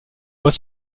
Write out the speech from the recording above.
voit